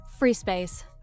FreeSpace